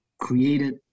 Created